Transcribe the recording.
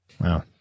Wow